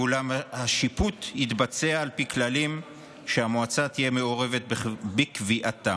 ואולם השיפוט יתבצע על פי כללים שהמועצה תהיה מעורבת בקביעתם.